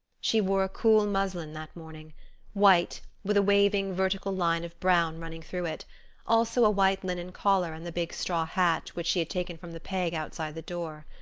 she wore a cool muslin that morning white, with a waving vertical line of brown running through it also a white linen collar and the big straw hat which she had taken from the peg outside the door.